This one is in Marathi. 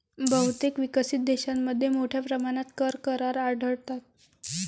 बहुतेक विकसित देशांमध्ये मोठ्या प्रमाणात कर करार आढळतात